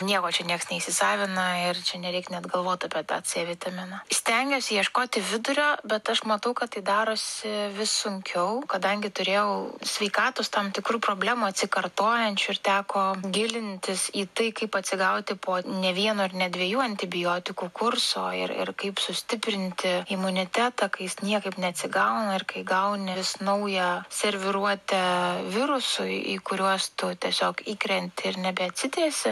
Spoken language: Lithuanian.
nieko čia nieks neįsisavina ir čia nereik net galvot apie tą c vitaminą stengiuosi ieškoti vidurio bet aš matau kad tai darosi vis sunkiau kadangi turėjau sveikatos tam tikrų problemų atsikartojančių ir teko gilintis į tai kaip atsigauti po ne vieno ir ne dviejų antibiotikų kurso ir ir kaip sustiprinti imunitetą kai jis niekaip neatsigauna ir kai gauni vis naują serviruotę virusui į kuriuos tu tiesiog įkrenti ir nebeatsitiesi